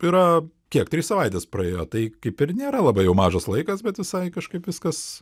yra kiek trys savaitės praėjo tai kaip ir nėra labai jau mažas laikas bet visai kažkaip viskas